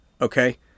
Okay